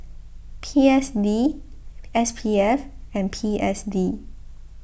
P S D S P F and P S D